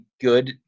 good